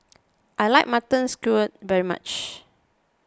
I like Mutton Stew very much